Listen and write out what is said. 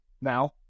now